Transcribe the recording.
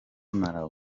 malawi